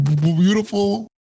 beautiful